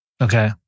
Okay